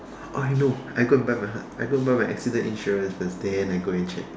oh I know I go and buy my I go and buy my accident insurance first then I go and check